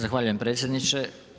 Zahvaljujem predsjedniče.